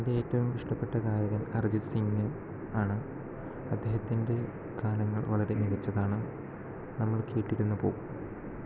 എന്റെ ഏറ്റവും ഇഷ്ടപ്പെട്ട ഗായകൻ അർജിത്ത് സിങ്ങ് ആണ് അദ്ദേഹത്തിന്റെ ഗാനങ്ങൾ വളരെ മികച്ചതാണ് നമ്മൾ കേട്ടിരുന്നു പോകും